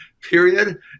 period